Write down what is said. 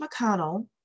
McConnell